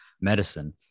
medicine